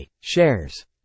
shares